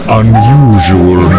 unusual